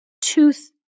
tooth